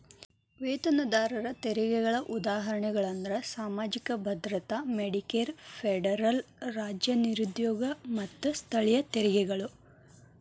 ವೇತನದಾರರ ತೆರಿಗೆಗಳ ಉದಾಹರಣೆಗಳಂದ್ರ ಸಾಮಾಜಿಕ ಭದ್ರತಾ ಮೆಡಿಕೇರ್ ಫೆಡರಲ್ ರಾಜ್ಯ ನಿರುದ್ಯೋಗ ಮತ್ತ ಸ್ಥಳೇಯ ತೆರಿಗೆಗಳು